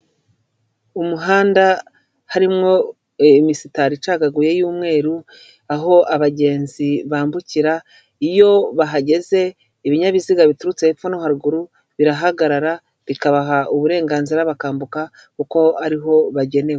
Umuhanda harimo imisitari icagaguye y'umweru aho abagenzi bambukira, iyo bahageze ibinyabiziga biturutse hepfo no haruguru birahagarara bikabaha uburenganzira bakambuka kuko ariho bagenewe.